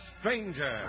Stranger